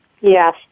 Yes